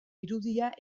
irudia